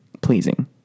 Pleasing